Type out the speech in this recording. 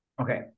Okay